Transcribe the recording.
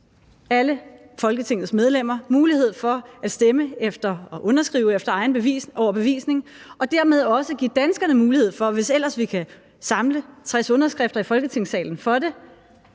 alle Folketingets medlemmer mulighed for at underskrive det efter egen overbevisning og dermed også give danskerne mulighed for, hvis vi ellers kan samle 60 underskrifter i Folketingssalen for det,